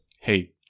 hey